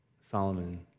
Solomon